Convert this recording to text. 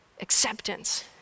Acceptance